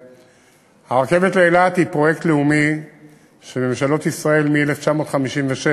הרכבת לאילת היא פרויקט לאומי שממשלות ישראל מ-1956,